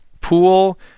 pool